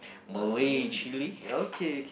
Malay chili